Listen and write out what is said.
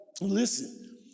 Listen